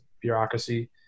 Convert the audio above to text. bureaucracy